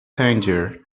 tangier